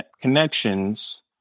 connections